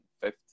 fifth